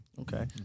Okay